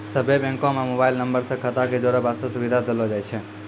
सभ्भे बैंको म मोबाइल नम्बर से खाता क जोड़ै बास्ते सुविधा देलो जाय छै